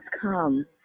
come